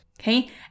okay